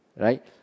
right